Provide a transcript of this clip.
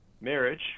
marriage